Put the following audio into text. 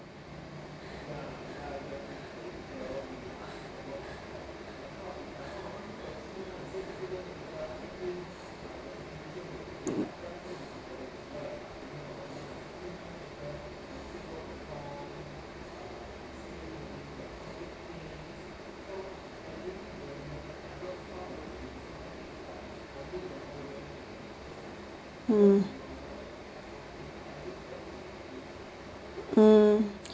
um um